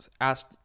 asked